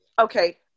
okay